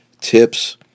tips